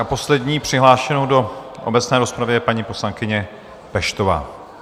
A poslední přihlášenou do obecné rozpravy je paní poslankyně Peštová.